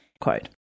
Quote